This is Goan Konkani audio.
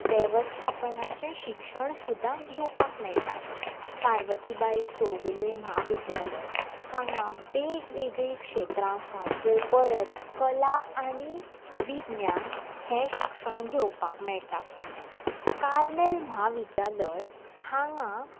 वेवस्थापनाचें शिक्षण सुद्दां घेवपाक मेळटा पार्वतीबाई चौगुले म्हाविद्यालय हांगा वेग वेगळीं क्षेत्रां आसात जंय परत कला आनी विज्ञान हें शिक्षण घेवपाक मेळटा कार्मेल म्हाविद्यालय हांगा